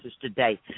today